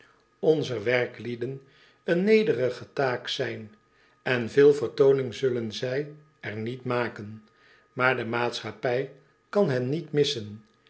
onzer werklieden een nederige taak zijn en veel vertooning zullen zij er niet maken maar de maatschappij kan hen niet missen